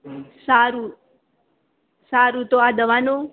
સારું સારું તો આ દવાનો